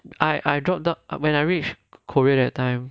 I I drop down when I reached korea that time